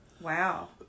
Wow